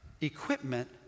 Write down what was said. equipment